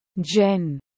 Jen